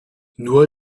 nur